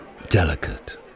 delicate